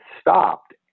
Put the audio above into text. stopped